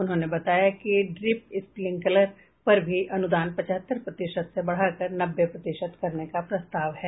उन्होंने बताया कि ड्रीप स्प्रींकलर पर भी अनुदान पचहत्तर प्रतिशत से बढ़ाकर नब्बे प्रतिशत करने का प्रस्ताव है